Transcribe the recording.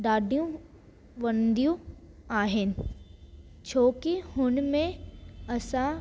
डाढियूं वणंदियूं आहिनि छो की हुन में असां